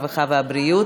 הרווחה והבריאות,